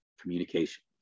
communication